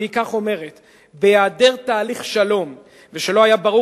היא אומרת כך: "בהיעדר תהליך שלום ושלא היה ברור